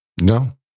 No